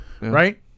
Right